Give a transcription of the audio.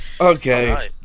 Okay